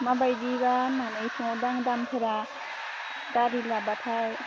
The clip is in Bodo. माबायदिबा होननानै सोंहरदां दामफोरा गारि लाब्लाथाय